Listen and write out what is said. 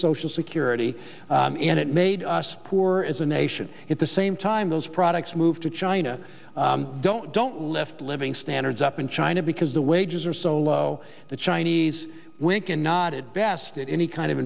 social security and it made us poor as a nation at the same time those products moved to china don't don't left living standards up in china because the wages are so low the chinese wink and nod at best at any kind of